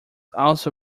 also